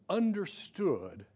understood